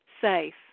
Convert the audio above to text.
safe